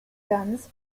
guns